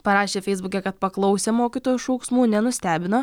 parašė feisbuke kad paklausė mokytojos šauksmų nenustebino